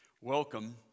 Welcome